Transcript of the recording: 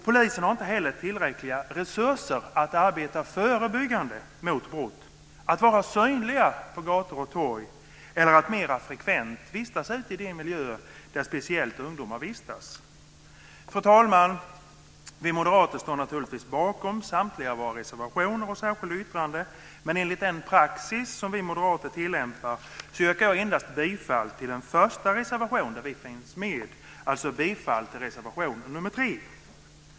Polisen har inte heller tillräckliga resurser att arbeta förebyggande mot brott, att vara synliga på gator och torg eller mer frekvent finnas ute i de miljöer där speciellt ungdomar vistas. Fru talman! Vi moderater står naturligtvis bakom samtliga våra reservationer och särskilda yttranden, men enligt den praxis som vi moderater tillämpar yrkar jag endast bifall till den första reservation där vi finns med, dvs. reservation 3.